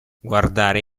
guardare